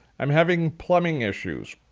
i'm having plumbing issues.